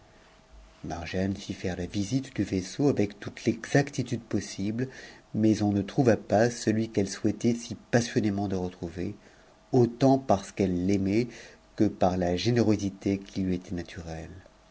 margiane fit faire la visite du vaisseau avec toute l'exactitude possible mais on ne trouva pas celui qu'elle souhaitait si passionnément de retrouver autant parce qu'elle l'aimait que par la générosité qui lui était naturelle